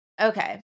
Okay